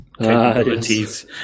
Capabilities